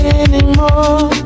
anymore